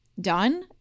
done